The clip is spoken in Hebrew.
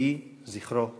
יהי זכרו ברוך.